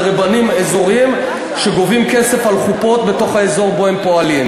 רבנים אזוריים שגובים כסף על עריכת חופות בתוך האזור שבו הם פועלים.